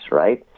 right